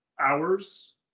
hours